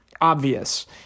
obvious